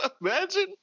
imagine